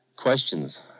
questions